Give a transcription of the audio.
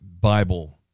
Bible